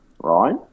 right